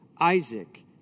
Isaac